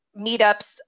meetups